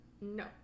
No